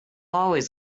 always